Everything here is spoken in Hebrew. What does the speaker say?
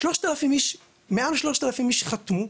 מעל 3,000 איש חתמו.